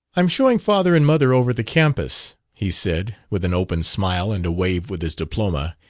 i'm showing father and mother over the campus, he said, with an open smile and a wave with his diploma,